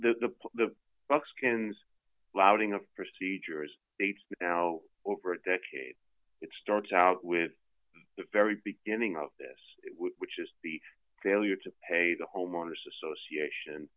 all the the buckskins clouding the procedure is now over a decade it starts out with the very beginning of this which is the failure to pay the homeowners association